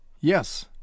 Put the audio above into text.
yes